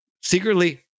secretly